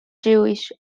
jewish